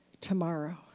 tomorrow